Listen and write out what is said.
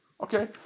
Okay